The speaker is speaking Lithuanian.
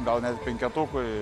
gal net penketukui